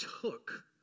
took